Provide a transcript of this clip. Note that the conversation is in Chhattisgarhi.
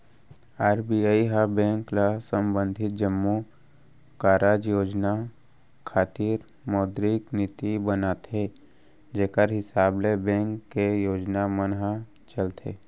आर.बी.आई ह बेंक ल संबंधित जम्मो कारज योजना खातिर मौद्रिक नीति बनाथे जेखर हिसाब ले बेंक के योजना मन ह चलथे